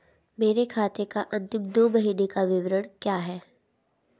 मेरे खाते का अंतिम दो महीने का विवरण क्या है?